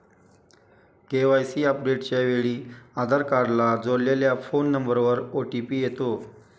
KYC अपडेटच्या वेळी आधार कार्डला जोडलेल्या फोन नंबरवर ओ.टी.पी येतो